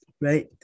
Right